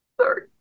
sorry